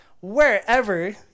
wherever